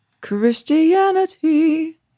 Christianity